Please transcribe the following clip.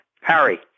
Harry